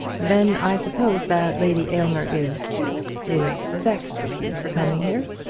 then i suppose that lady aylmer is is vexed with you for coming here.